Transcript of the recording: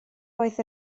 oedd